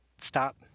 stop